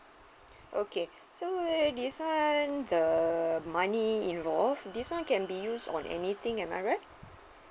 okay so this [one] the money involved this [one] can be used on anything am I right